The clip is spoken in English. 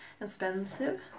expensive